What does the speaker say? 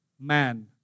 man